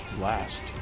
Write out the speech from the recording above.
last